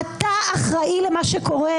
אתה אחראי למה שקורה,